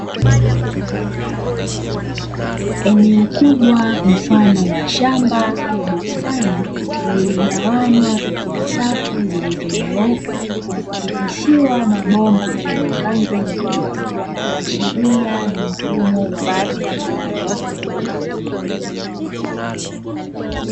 Eneo kubwa mfano wa shamba au bustani, lililogawanywa katika safu zilizonyooka, na kupitishiwa mabomba yenye rangi nyeupe, kuashiria ni mfumo wa umwagiliaji.